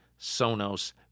Sonos